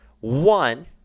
One –